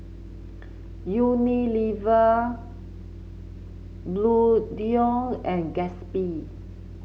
Unilever Bluedio and Gatsby